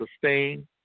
sustain